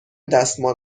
دستمال